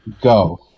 go